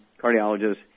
cardiologist